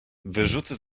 wyzuty